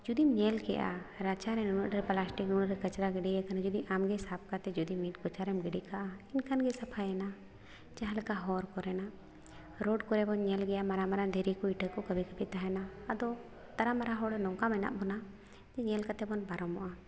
ᱡᱩᱫᱤᱢ ᱧᱮᱞ ᱠᱮᱫᱟ ᱨᱟᱪᱟᱨᱮ ᱱᱩᱱᱟᱹᱜ ᱰᱷᱮᱨ ᱯᱞᱟᱥᱴᱤᱠ ᱠᱟᱪᱨᱟ ᱜᱤᱰᱤ ᱟᱠᱟᱱᱟ ᱡᱩᱫᱤ ᱟᱢᱜᱮ ᱥᱟᱵ ᱠᱟᱛᱮ ᱡᱩᱫᱤ ᱢᱤᱫ ᱠᱚᱪᱟᱨᱮᱢ ᱜᱤᱰᱤ ᱠᱟᱜᱼᱟ ᱮᱱᱠᱷᱟᱱᱜᱮ ᱥᱟᱯᱷᱟᱭᱮᱱᱟ ᱡᱟᱦᱟᱸᱞᱮᱠᱟ ᱦᱚᱨ ᱠᱚᱨᱮᱱᱟᱜ ᱨᱳᱰ ᱠᱚᱨᱮᱵᱚᱱ ᱧᱮᱞ ᱜᱮᱭᱟ ᱢᱟᱨᱟᱝ ᱢᱟᱨᱟᱝ ᱫᱷᱤᱨᱤ ᱠᱚ ᱤᱛᱟᱹ ᱠᱚ ᱠᱟᱹᱵᱷᱤ ᱠᱟᱹᱵᱷᱤ ᱛᱟᱦᱮᱱᱟ ᱟᱫᱚ ᱛᱟᱨᱟ ᱢᱟᱨᱟ ᱦᱚᱲ ᱱᱚᱝᱠᱟ ᱢᱮᱱᱟᱜ ᱵᱚᱱᱟ ᱧᱮᱞ ᱠᱟᱛᱮ ᱵᱚᱱ ᱵᱟᱨᱚᱢᱚᱜᱼᱟ